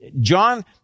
John